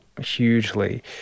hugely